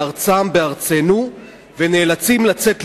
בארצם,